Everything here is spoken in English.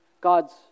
God's